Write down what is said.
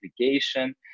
application